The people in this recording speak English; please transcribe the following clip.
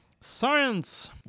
Science